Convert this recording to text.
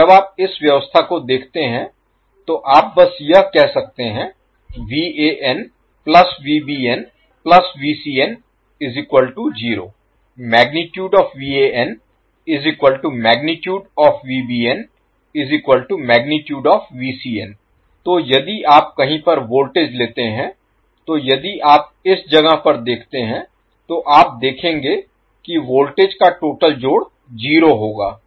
तो अब जब आप इस व्यवस्था को देखते हैं तो आप बस यह कह सकते हैं तो यदि आप कहीं पर वोल्टेज लेते हैं तो यदि आप इस जगह पर देखते हैं तो आप देखेंगे कि वोल्टेज का टोटल जोड़ 0 होगा